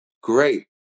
great